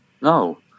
No